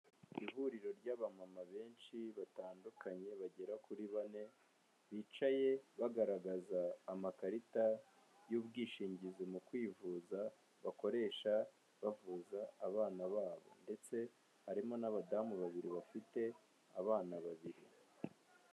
Ihuriro ry'abamama benshi batandukanye bagera kuri bane, bicaye bagaragaza amakarita y'ubwishingizi mu kwivuza bakoresha bavuza abana babo ndetse harimo n'abadamu babiri bafite abana babiri.